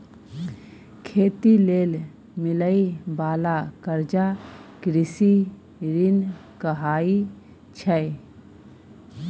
खेती लेल मिलइ बाला कर्जा कृषि ऋण कहाइ छै